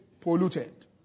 polluted